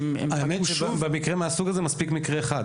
האמת, במקרים מהסוג הזה מספיק מקרה אחד.